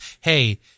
hey